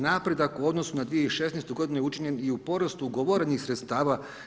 Napredaj u odnosu na 2016. godinu je učinjen u porastu ugovorenih sredstava.